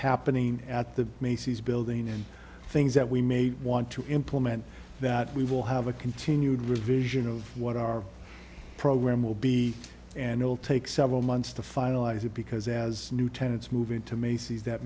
happening at the macy's building and things that we may want to implement that we will have a continued revision of what our program will be and all take several months to finalize it because as new tenants move into macy's that